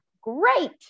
great